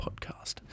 Podcast